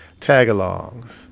Tagalongs